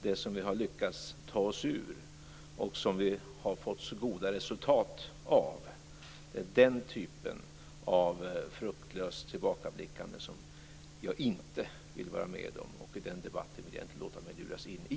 Den har vi lyckats att ta oss ur och det har vi fått goda resultat av. Det är den typen av fruktlöst tillbakablickande som jag inte vill vara med om. Den debatten vill jag inte låta mig luras in i.